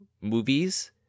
movies